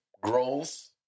growth